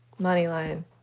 Moneyline